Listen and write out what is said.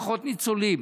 פחות ניצולים.